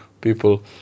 people